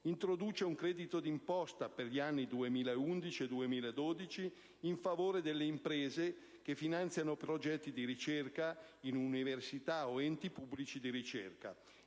introduce un credito d'imposta, per gli anni 2011 e 2012, in favore delle imprese che finanziano progetti di ricerca in università o enti pubblici di ricerca.